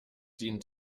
dient